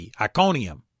Iconium